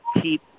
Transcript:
keep